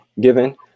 given